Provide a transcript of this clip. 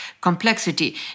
complexity